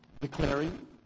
declaring